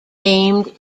named